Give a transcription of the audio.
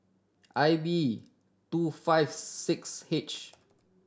I B two five six H